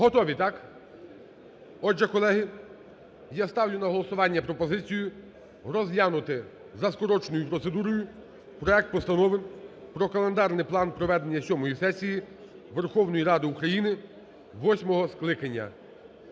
Готові, так? Отже, колеги, я ставлю на голосування пропозицію, розглянути за скороченою процедурою проект Постанови про календарний план проведення сьомої сесії Верховної Ради України восьмого скликання.